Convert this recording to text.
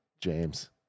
James